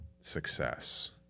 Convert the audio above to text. success